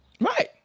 Right